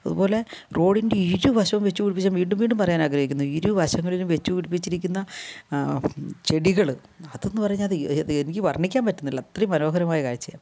അതുപോലെ റോഡിൻ്റെ ഇരുവശവും വച്ച് പിടിപ്പിച്ചാൽ വീണ്ടും വീണ്ടും പറയാനാഗ്രഹിക്കുന്നു ഇരുവശങ്ങളിലും വച്ച് പിടിപ്പിച്ചിരിക്കുന്ന ചെടികൾ അതെന്ന് പറഞ്ഞാൽ എനിക്ക് വർണ്ണിക്കാൻ പറ്റുന്നില്ല അത്രയും മനോഹരമായ കാഴ്ചയാണ്